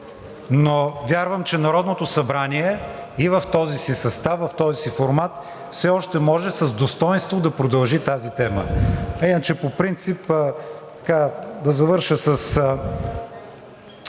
но вярвам, че Народното събрание и в този си състав, в този си формат, все още с достойнство да продължи тази тема. Иначе, по принцип, да завърша с